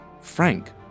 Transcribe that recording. Frank